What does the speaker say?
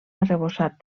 arrebossat